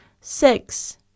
Six